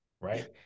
right